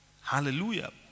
Hallelujah